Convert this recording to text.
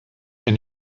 and